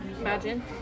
Imagine